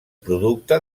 producte